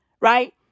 Right